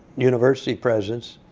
university presidents,